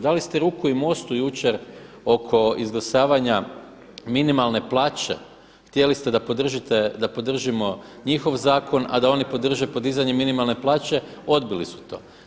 Dali ste ruku i MOST-u jučer oko izglasavanja minimalne plaće, htjeli ste da podržimo njihov zakon a da oni podrže podizanje minimalne plaće odbili su to.